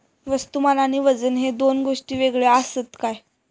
वस्तुमान आणि वजन हे दोन गोष्टी वेगळे आसत काय?